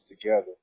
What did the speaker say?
together